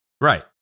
Right